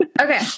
Okay